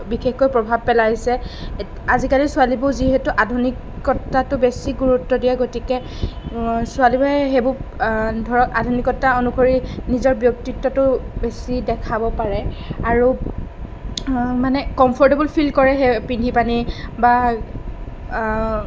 বিশেষকৈ প্ৰভাৱ পেলাইছে আজিকালি ছোৱালীবোৰ বিশেষকৈ আধুনিকতাটো বেছি গুৰুত্ব দিয়ে গতিকে ছোৱালীবোৰে সেইবোৰ ধৰক আধুনিকতা অনুসৰি নিজৰ ব্যক্তিত্বটো বেছি দেখাব পাৰে আৰু মানে কমফৰ্টেবোল ফিল কৰে সেয়া পিন্ধি পানি বা